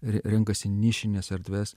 ren renkasi nišines erdves